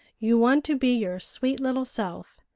you want to be your sweet little self,